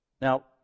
now